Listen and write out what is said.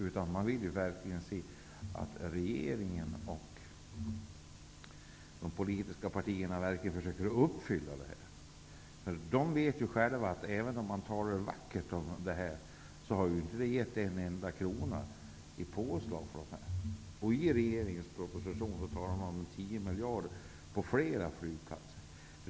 De vill verkligen se att regeringen och de politiska partierna försöker förverkliga de här tankarna. Invånarna vet själva att även om man talar vackert om behoven, har det inte gett en enda krona i påslag. I regeringens proposition talar man om 10 miljarder på flera flygplatser.